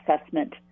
assessment